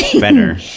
better